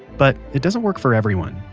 but, it doesn't work for everyone.